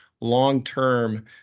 long-term